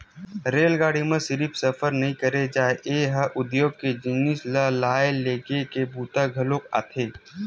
रेलगाड़ी म सिरिफ सफर नइ करे जाए ए ह उद्योग के जिनिस ल लाए लेगे के बूता घलोक आथे